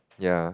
ya